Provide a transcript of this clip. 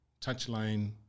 touchline